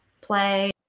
play